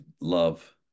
love